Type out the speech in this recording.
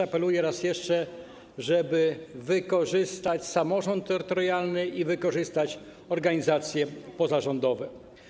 Apeluję raz jeszcze, żeby wykorzystać samorząd terytorialny i wykorzystać organizacje pozarządowe.